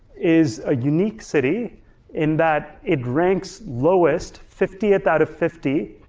is a unique city in that it ranks lowest, fiftieth out of fifty,